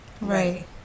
Right